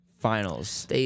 Finals